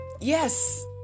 yes